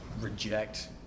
reject